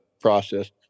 process